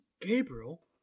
Gabriel